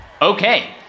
Okay